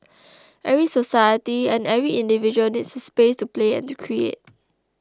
every society and every individual needs a space to play and to create